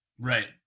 Right